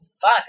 fuck